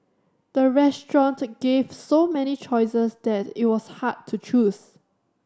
the restaurant gave so many choices that it was hard to choose